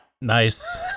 Nice